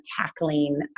tackling